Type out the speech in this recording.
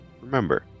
Remember